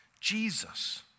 Jesus